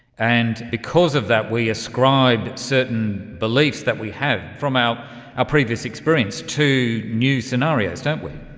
and because of that we ascribe certain beliefs that we have from our previous experience to new scenarios, don't we.